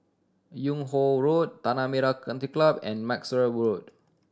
Yung Ho Road Tanah Merah Country Club and Maxwell Road